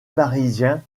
parisiens